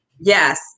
Yes